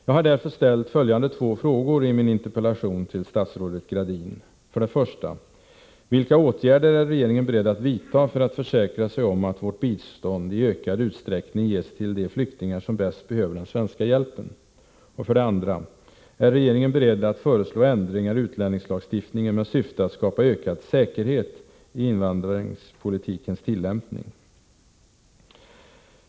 Jag har därför ställt följande två frågor i min interpellation till statsrådet Gradin: 2. Är regeringen beredd att föreslå ändringar i utlänningslagstiftningen med syfte att skapa ökad säkerhet i invandringspolitikens tillämpning?